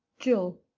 jill.